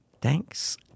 Thanks